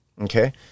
Okay